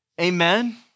Amen